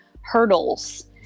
hurdles